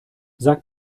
sag